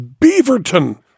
Beaverton